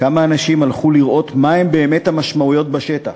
כמה אנשים הלכו לראות מה הן באמת המשמעויות בשטח,